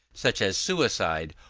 such as suicide,